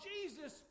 Jesus